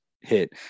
hit